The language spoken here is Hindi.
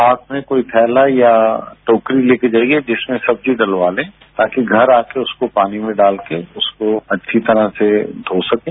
साथ में कोई थैला या टोकरी ले कर जाइये जिसमें सब्जी डलवा लें ताकि घर आ के उसको पानी में डाल के उसको अच्छी तरह से धो सकें